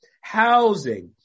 housing